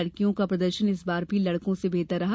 लड़कियों का प्रदर्शन इस बार भी लड़को से बेहतर रहा